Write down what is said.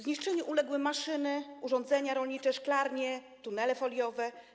Zniszczeniu uległy maszyny, urządzenia rolnicze, szklarnie, tunele foliowe.